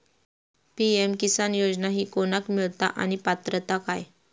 PM Kisan योजना ही कोणाक मिळता आणि पात्रता काय?